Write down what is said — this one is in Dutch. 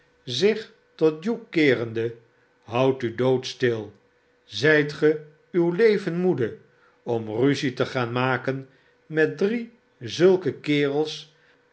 zich tot hugh keerehde houd u doodstil zijt ge uw leven moede om ruzie te gaan maken met drie zulke kerels